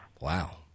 Wow